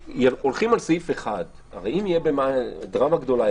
הולכים על סעיף 1. הרי אם תהיה דרמה גדולה,